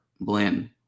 blend